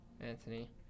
Anthony